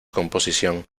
composición